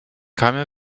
keime